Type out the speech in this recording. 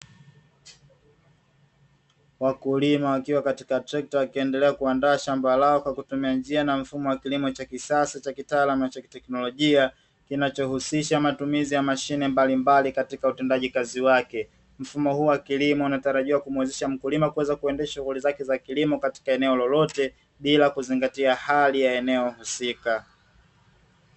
Wakulima wakiwa katika trekta wakiendelea kuandaa shamba lao kwa kutumia njia na mfumo wa kilimo cha kisasa cha kitaalamu na cha kiteknolojia, kinachohusisha matumizi ya mashine mbalimbali katika utendaji kazi wake, mfumo huu wa kilimo unatarajiwa kumuwezesha mkulima kuweza kuendesha shughuli zake za kilimo katika eneo lolote bila kuzingatia hali ya eneo husika.